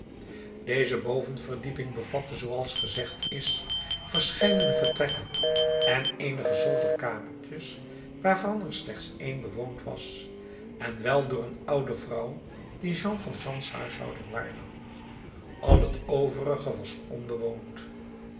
deze bovenverdieping bevatte zooals gezegd is verscheidene vertrekken en eenige zolderkamertjes waarvan er slechts één bewoond was en wel door een oude vrouw die jean valjeans huishouding waarnam al het overige was onbewoond